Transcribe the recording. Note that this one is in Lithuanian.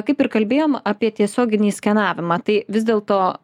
kaip ir kalbėjom apie tiesioginį skenavimą tai vis dėlto